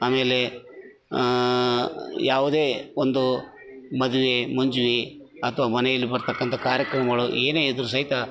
ಆಮೇಲೆ ಯಾವುದೇ ಒಂದು ಮದುವೆ ಮುಂಜಿ ಅಥವಾ ಮನೆಯಲ್ಲಿ ಬರತಕ್ಕಂತ ಕಾರ್ಯಕ್ರಮಗಳು ಏನೇ ಇದ್ದರು ಸಹಿತ